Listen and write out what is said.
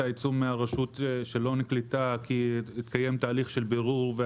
העיצום מהרשות שלא נקלטה כי התקיים תהליך של בירור,